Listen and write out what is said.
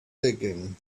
digging